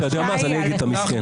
אתה יודע מה, אז אני אגיד שאתה מסכן.